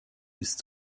ist